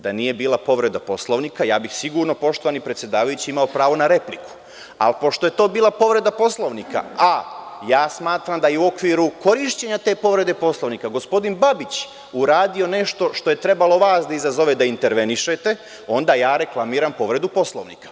Da nije bila povreda Poslovnika, ja bih sigurno imao pravo na repliku, ali pošto je to bila povreda Poslovnika, a ja smatram da je u okviru korišćenja te povrede Poslovnika gospodin Babić uradio nešto što je trebalo vas da izazove da intervenišete, onda ja reklamiram povredu Poslovnika.